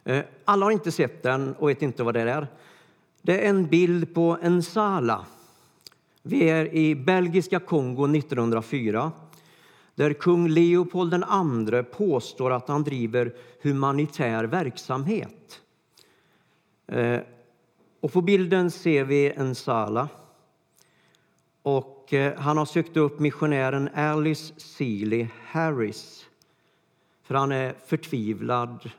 Eh, alla har inte sett den och vet inte vad det är. Det är en bild på en sala. Vi är i Belgiska Kongo 1904, där kung Leopold II påstår att han driver humanitär verksamhet. Eh, och på bilden ser vi en sala. Och, eh, han har sökt upp missionären Alice Seeley Harris, för han är förtvivlad.